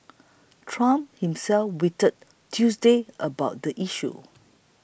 trump himself tweeted Tuesday about the issue